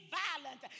violent